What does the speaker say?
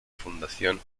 fundación